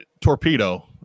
Torpedo